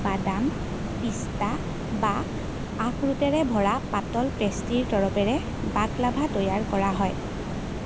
বাদাম পিস্তা বা আখৰোটেৰে ভৰা পাতল পেষ্ট্ৰিৰ তৰপেৰে বাকলাভা তৈয়াৰ কৰা হয়